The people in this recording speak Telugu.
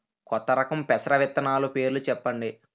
కొత్త రకం పెసర విత్తనాలు పేర్లు చెప్పండి?